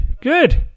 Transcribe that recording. good